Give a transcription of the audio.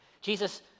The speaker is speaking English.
Jesus